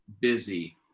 busy